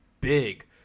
big